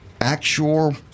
actual